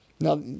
Now